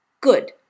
Good